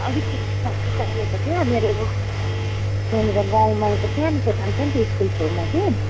अलिक चाहिएको थियो मेरो यहाँनिर गाउँमा एउटा सानो दोकान छन् त स्कुल छेउमा कि